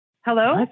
Hello